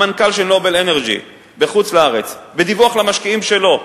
המנכ"ל של "נובל אנרג'י" בחוץ-לארץ בדיווח למשקיעים שלו,